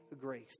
grace